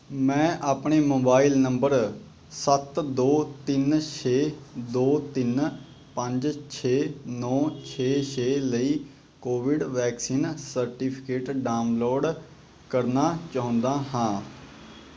ਮੈਂ ਆਪਣੇ mobile number ਸੱਤ ਦੋ ਤਿੰਨ ਛੇ ਦੋ ਤਿੰਨ ਪੰਜ ਛੇ ਨੌ ਛੇ ਛੇ ਲਈ ਕੋਵਿਡ ਵੈਕਸੀਨ ਸਰਟੀਫਿਕੇਟ ਡਾਊਨਲੋਡ ਕਰਨਾ ਚਾਹੁੰਦਾ ਹਾਂ